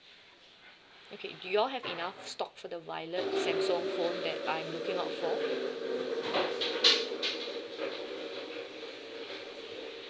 okay do you all have enough stock for the violet samsung phone that I'm looking out for